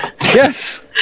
Yes